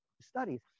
studies